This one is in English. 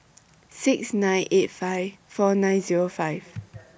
six nine eight five four nine Zero five